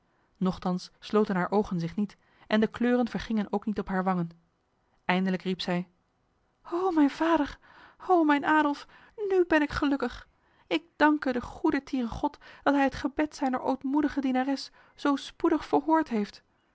nochtans sloten haar ogen zich niet en de kleuren vergingen ook niet op haar wangen eindelijk riep zij o mijn vader o mijn adolf nu ben ik gelukkig ik dank de goedertieren god dat hij het gebed zijner ootmoedige dienares zo spoedig verhoord heeft